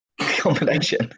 combination